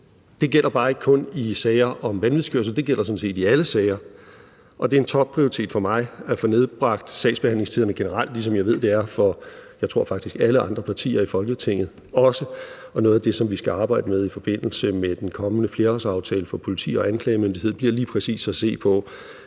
Det gælder ikke kun i sager om vanvidskørsel. Det gælder sådan set i alle sager, og det er en topprioritet for mig at få nedbragt sagsbehandlingstiderne generelt, ligesom jeg ved det også er for faktisk alle andre partier i Folketinget, og det er noget af det, som vi skal arbejde med i forbindelse med den kommende flerårsaftale for politi og anklagemyndighed: Det bliver lige præcis at se på